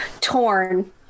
Torn